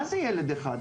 מה זה ילד אחד??